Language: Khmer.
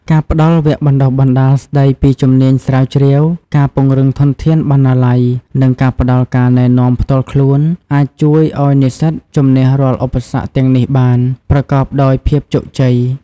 ការផ្តល់វគ្គបណ្តុះបណ្តាលស្តីពីជំនាញស្រាវជ្រាវ ការពង្រឹងធនធានបណ្ណាល័យ និងការផ្តល់ការណែនាំផ្ទាល់ខ្លួន អាចជួយឱ្យនិស្សិតជំនះរាល់ឧបសគ្គទាំងនេះបាន ប្រកបដោយភាពជោគជ័យ។